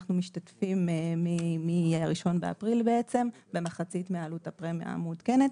אנחנו משתתפים מה-1 באפריל במחצית מעלות הפרמיה המעודכנת